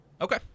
Okay